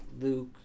Luke